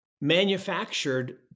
manufactured